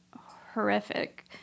horrific